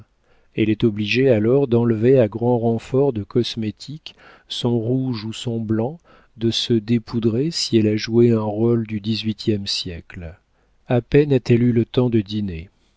elle est obligée alors d'enlever à grand renfort de cosmétique son rouge ou son blanc de se dépoudrer si elle a joué un rôle du dix-huitième siècle a peine a-t-elle eu le temps de dîner